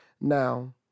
Now